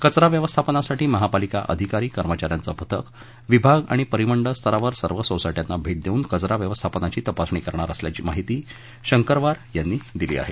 कचरा व्यवस्थापनासाठी महापालिका अधिकारी कर्मचाऱ्यांचं पथक विभाग आणि परिमंडळ स्तरावर सर्व सोसायटयांना भेट देऊन कचरा व्यवस्थापनाची तपासणी करणार असल्याची माहिती शंकरवार यांनी दिली आहे